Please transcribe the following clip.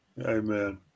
Amen